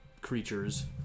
creatures